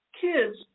Kids